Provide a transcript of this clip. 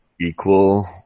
equal